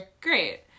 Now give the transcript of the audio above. Great